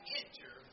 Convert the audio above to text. enter